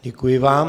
Děkuji vám.